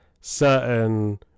certain